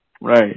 Right